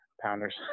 pounders